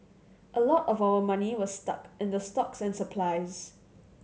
a lot of our money was stuck in the stocks and supplies